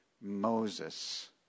Moses